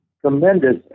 tremendous